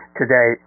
today